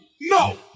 no